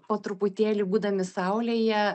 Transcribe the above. po truputėlį būdami saulėje